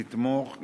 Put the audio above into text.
לתמוך,